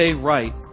right